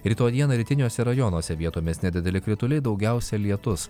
rytoj dieną rytiniuose rajonuose vietomis nedideli krituliai daugiausia lietus